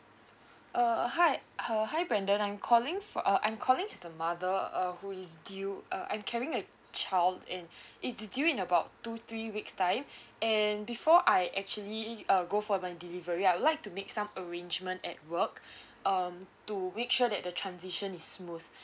uh hi uh hi brendan I'm calling fo~ uh I'm calling is the mother uh who is due uh I'm carrying a child is is due in about two three weeks time and before I actually uh go for the delivery I would like to make some arrangement at work um to make sure that the transition is smooth